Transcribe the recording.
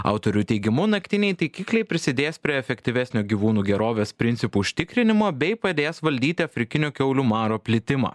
autorių teigimu naktiniai taikikliai prisidės prie efektyvesnio gyvūnų gerovės principų užtikrinimo bei padės valdyti afrikinio kiaulių maro plitimą